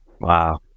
Wow